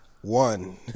one